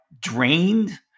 drained